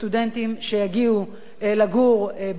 שיגיעו לגור בעיר לוד.